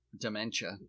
dementia